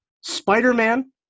Spider-Man